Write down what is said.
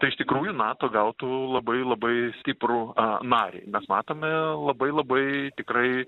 tai iš tikrųjų nato gautų labai labai stiprų narį mes matome labai labai tikrai